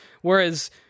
Whereas